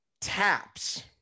taps